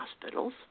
hospitals